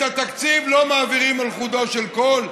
את התקציב לא מעבירים על חודו של קול,